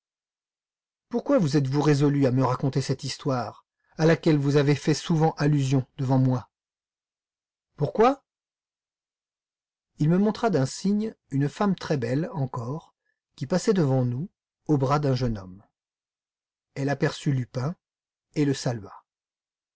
pourquoi vous êtes-vous résolu à me raconter cette histoire à laquelle vous avez fait souvent allusion devant moi pourquoi il me montra d'un signe une femme très belle encore qui passait devant nous au bras d'un jeune homme elle aperçut lupin et le salua